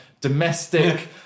domestic